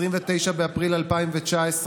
29 באפריל 2019,